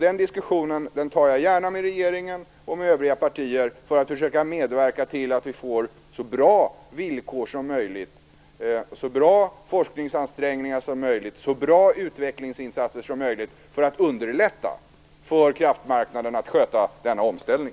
Den diskussionen tar jag gärna med regeringen och med övriga partier för att försöka medverka till att vi får så bra villkor som möjligt, så bra forskningsansträngningar som möjligt och så bra utvecklingsinsatser som möjligt, för att underlätta för kraftmarknaden att sköta denna omställning.